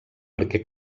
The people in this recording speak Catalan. perquè